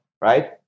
right